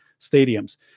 stadiums